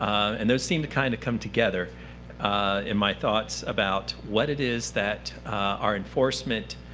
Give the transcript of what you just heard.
and those seem to kind of come together in my thoughts about what it is that our enforcement